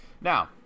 Now